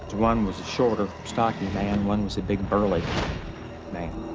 one was a shorter, stocky man one was a big burly man.